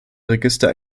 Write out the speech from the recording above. register